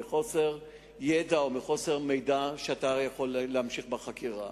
מחוסר ידע או מחוסר מידע שאתה יכול להמשיך אתו בחקירה.